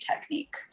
technique